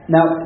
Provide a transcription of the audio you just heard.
Now